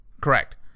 Correct